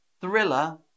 thriller